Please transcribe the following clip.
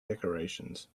decorations